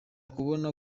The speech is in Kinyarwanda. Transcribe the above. kubona